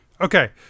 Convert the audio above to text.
okay